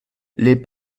les